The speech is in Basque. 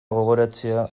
gogoratzea